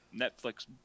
Netflix